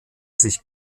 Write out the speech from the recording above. sich